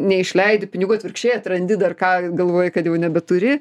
neišleidi pinigų atvirkščiai atrandi dar ką galvoji kad jau nebeturi